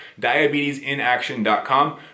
diabetesinaction.com